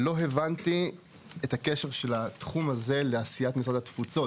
לא הבנתי את הקשר של התחום הזה לעשיית משרד התפוצות,